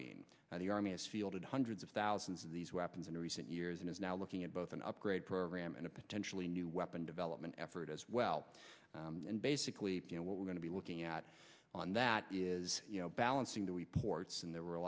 being the army has fielded hundreds of thousands of these weapons in recent years and is now looking at both an upgrade program and a potentially new weapon development effort as well and basically what we're going to be looking at on that is balancing the reports and there were a